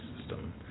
system